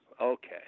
Okay